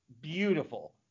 beautiful